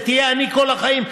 ותהיה עני כל החיים,